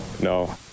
no